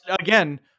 Again